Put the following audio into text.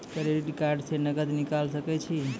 Credit card से नगद निकाल सके छी?